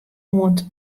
oant